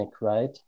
right